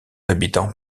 habitant